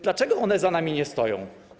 Dlaczego one za nami nie stoją?